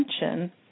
attention